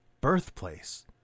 Birthplace